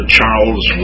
Charles